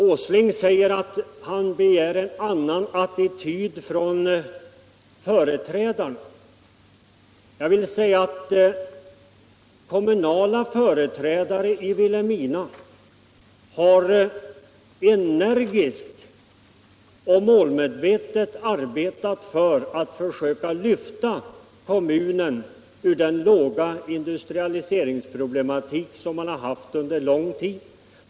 Herr Åsling begär en annan attityd från de lokala företrädarna. Kommunala företrädare för Vilhelmina har energiskt och målmedvetet arbetat för att försöka lyfta kommunen ur den besvärliga industrialiseringsproblematik som man haft under lång tid.